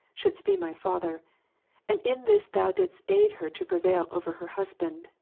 shouldest be my father and in this thou didst aid her to prevail over her husband,